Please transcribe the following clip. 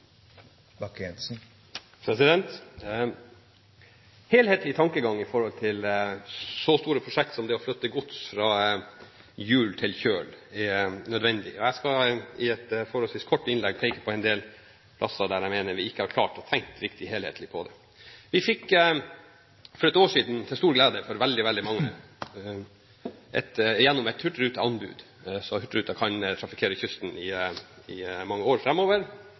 Helhetlig tankegang når det gjelder så store prosjekter som det å flytte gods fra hjul til kjøl, er nødvendig. Jeg skal i et forholdsvis kort innlegg peke på en del plasser der jeg mener vi ikke har klart å tenke riktig helhetlig på dette. Vi fikk for et år siden, til stor glede for veldig mange, igjennom et hurtigruteanbud, så hurtigruten kan trafikkere kysten i mange år